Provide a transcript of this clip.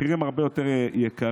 והמחירים הרבה יותר יקרים.